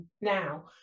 now